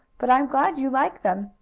but i am glad you like them.